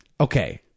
Okay